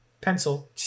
Pencil